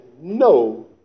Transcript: no